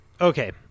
okay